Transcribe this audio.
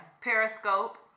Periscope